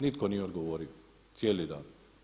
Nitko nije odgovorio cijeli dan.